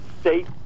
state